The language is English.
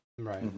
right